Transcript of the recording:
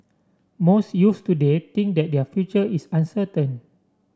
most youths today think that their future is uncertain